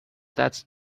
that’s